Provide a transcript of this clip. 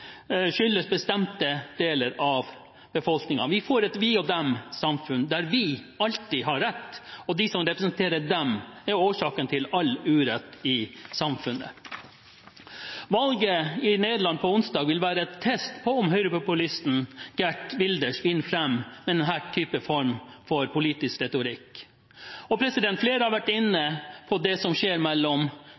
skyldes bestemte deler av befolkningen. Vi får et vi-og-dem-samfunn, der «vi» alltid har rett, og de som representerer «dem», er årsaken til all urett i samfunnet. Valget i Nederland på onsdag vil være en test på om høyrepopulisten Geert Wilders vinner fram med denne formen for politisk retorikk. Flere har vært inne på det som skjer i den spente situasjonen mellom